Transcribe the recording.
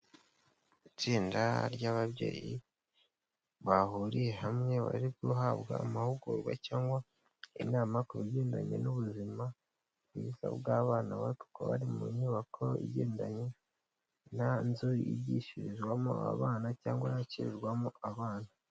Itsinda ry'ababyeyi bahuriye hamwe bari guhabwa amahugurwa cyangwa inama ku bigendanye n'ubuzima bwiza bw'abana, bakaba bari mu nyubako igendanye n'inzu yigishirizwamo abana cyangwa yakirirwamo abana.